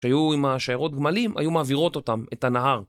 שהיו עם השיירות גמלים, היו מעבירות אותם את הנהר.